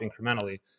incrementally